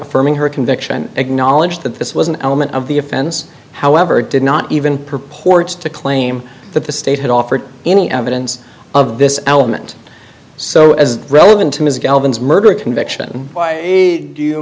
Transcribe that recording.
affirming her conviction acknowledge that this was an element of the offense however did not even purports to claim that the state had offered any evidence of this element so as relevant to his galvin's murder conviction